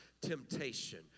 temptation